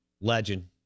legend